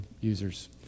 users